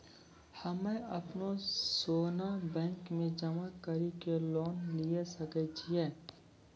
हम्मय अपनो सोना बैंक मे जमा कड़ी के लोन लिये सकय छियै?